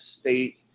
State